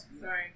sorry